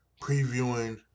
previewing